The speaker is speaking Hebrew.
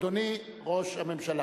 אדוני ראש הממשלה.